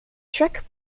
trek